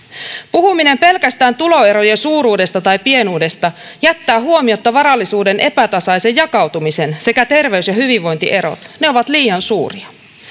puhuminen pelkästään tuloerojen suuruudesta tai pienuudesta jättää huomiotta varallisuuden epätasaisen jakautumisen sekä terveys ja hyvinvointierot ne ovat liian suuria